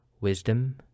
wisdom